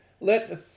let